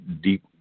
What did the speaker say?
deep